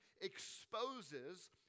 exposes